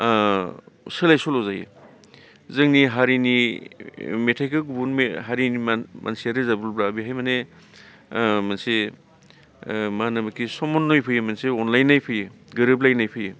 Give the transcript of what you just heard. ओ सोलाय सोल' जायो जोंनि हारिनि मेथाइखो गुबुन हारिनि मानसिया रोजाबोब्ला बेहाय माने ओ मोनसे ओ माहोनोमोनखि समनय फैयो मोनसे अनलायनाय फैयो गोरोबलायनाय फैयो